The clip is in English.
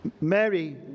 Mary